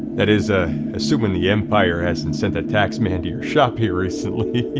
that is ah assuming the empire hasn't sent a tax man to your shop here recently.